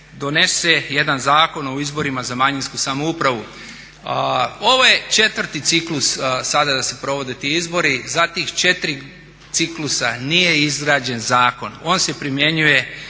donese jedan zakon o izborima za manjinsku samoupravu. Ovo je četvrti ciklus sada da se provode ti izbori, za tih četiri ciklusa nije izrađen zakon, on se primjenjuje,